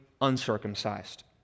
uncircumcised